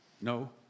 No